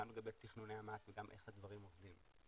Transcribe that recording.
גם לגבי תכנוני המס וגם איך הדברים עובדים.